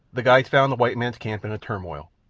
the guides found the white man's camp in a turmoil.